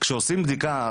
כשעושים בדיקה,